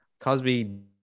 Cosby